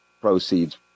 proceeds